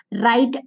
right